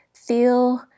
feel